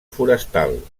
forestal